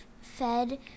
fed